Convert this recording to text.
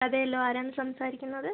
അതെയല്ലോ ആരാണ് സംസാരിക്കുന്നത്